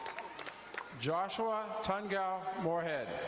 joshua tongau morehead.